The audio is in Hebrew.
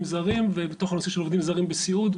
זרים ובתוך הנושא של עובדים זרים בסיעוד.